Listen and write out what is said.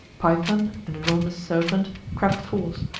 python, an enormous serpent, crept forth,